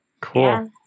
Cool